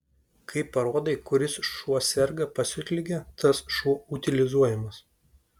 kai parodai kuris šuo serga pasiutlige tas šuo utilizuojamas